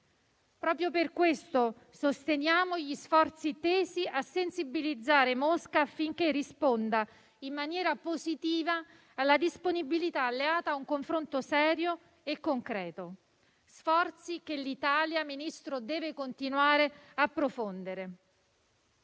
Proprio per questo sosteniamo gli sforzi tesi a sensibilizzare Mosca, affinché risponda in maniera positiva alla disponibilità alleata a un confronto serio e concreto; sforzi che l'Italia, signor Ministro, deve continuare a profondere.